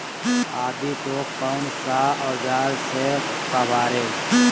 आदि को कौन सा औजार से काबरे?